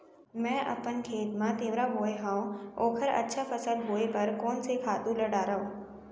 मैं अपन खेत मा तिंवरा बोये हव ओखर अच्छा फसल होये बर कोन से खातू ला डारव?